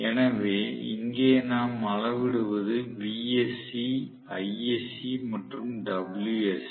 எனவே இங்கே நாம் அளவிடுவது Vsc Isc மற்றும் Wsc